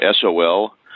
SOL